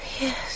Yes